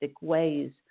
ways